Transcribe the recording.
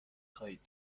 خواهید